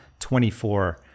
24